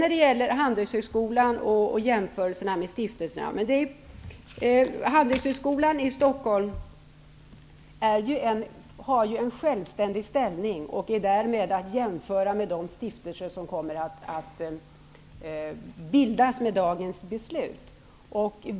När det gäller Handelshögskolan och jämförelserna med stiftelsehögskolorna vill jag peka på att Handelshögskolan i Stockholm har en självständig ställning och därmed är att jämföra med de stiftelser som kommer att bildas med dagens beslut.